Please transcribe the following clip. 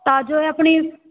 ਤਾਂ ਜੋ ਇਹ ਆਪਣੀ